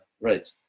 Right